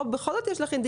כאן בכל זאת יש אינדיקציה.